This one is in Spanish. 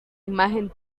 imagen